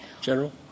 General